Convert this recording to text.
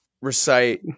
recite